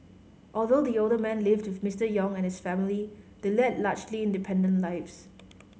although the older man lived with Mister Yong and his family they led largely independent lives